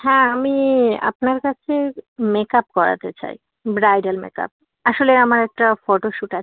হ্যাঁ আমি আপনার কাছে মেক আপ করাতে চাই ব্রাইডাল মেক আপ আসলে আমার একটা ফটোশ্যুট আছে